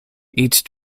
each